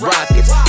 Rockets